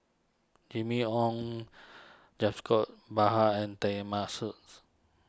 Jimmy Ong and Teng Mah